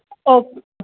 okay